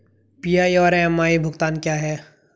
PI और MI भुगतान क्या हैं?